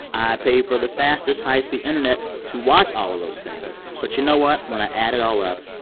i pay for the fastest high-speed internet to watch all of those things. but you know what? when i add it all up,